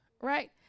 right